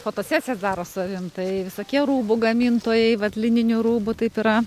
fotosesijas dvaro su avim tai visokie rūbų gamintojai vat lininių rūbų taip yra